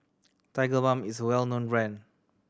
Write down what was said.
Tigerbalm is well known brand